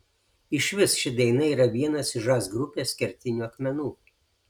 išvis ši daina yra vienas iš žas grupės kertinių akmenų